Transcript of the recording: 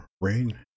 Rain